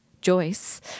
Joyce